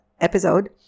episode